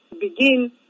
begin